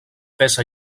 peça